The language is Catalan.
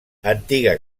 antiga